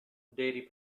dairy